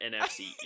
NFC